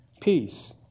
peace